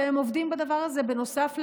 והם עובדים בדבר הזה נוסף לעבודתם,